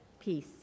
Peace